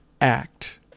Act